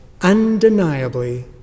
undeniably